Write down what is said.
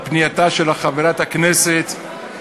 לפנייתה של חברת הכנסת,